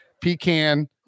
pecan